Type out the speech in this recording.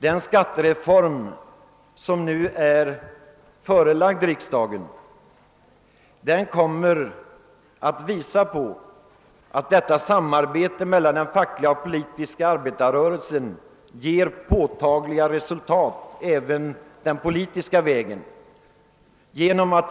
Den skattereform som nu har förelagts riksdagen visar att samarbetet mellan den fackliga och den politiska arbetarrörelsen ger påtagliga resultat även på den politiska vägen.